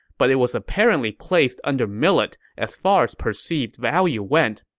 but it was apparently placed under millet as far as perceived value went.